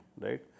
right